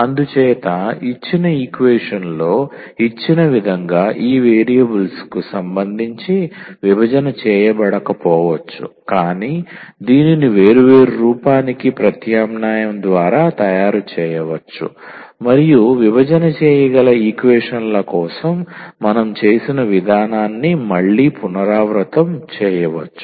అందుచేత ఇచ్చిన ఈక్వేషన్ లో ఇచ్చిన విధంగా ఈ వేరియబుల్స్ కు సంబంధించి విభజన చేయబడకపోవచ్చు కాని దీనిని వేరు వేరు రూపానికి ప్రత్యామ్నాయం ద్వారా తయారు చేయవచ్చు మరియు విభజన చేయగల ఈక్వేషన్ ల కోసం మనం చేసిన విధానాన్ని మళ్ళీ పునరావృతం చేయవచ్చు